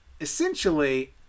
essentially